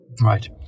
Right